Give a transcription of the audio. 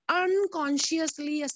unconsciously